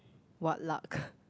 what luck